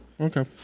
Okay